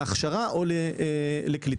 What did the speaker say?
להכשרה או לקליטה.